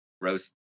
roast